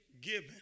given